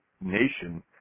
nation